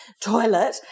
toilet